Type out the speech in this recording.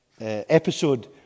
episode